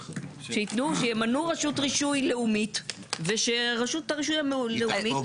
שימנו רשות רישוי לאומית ושרשות הרישוי הלאומית